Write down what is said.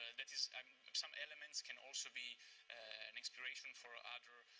that is um um some elements can also be an inspiration for other